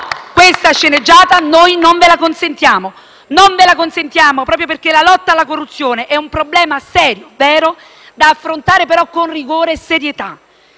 ve la consentiamo. Non ve la consentiamo proprio perché la lotta alla corruzione è un problema serio, vero, da affrontare con rigore e serietà.